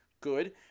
Good